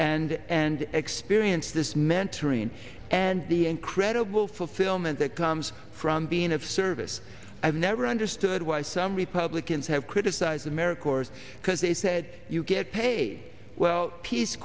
adults and experience this mentoring and the incredible fulfillment that comes from being of service i've never understood why some republicans have criticized america because they said you get pay well peace